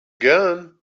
gun